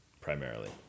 primarily